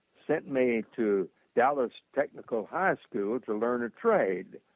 sent me to dallas technical high school to learn a trade.